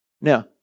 Now